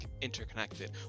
interconnected